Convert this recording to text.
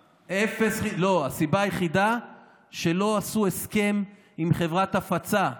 לא, הסיבה היחידה היא שלא עשו הסכם עם חברת הפצה.